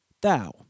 Thou